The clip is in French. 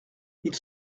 ils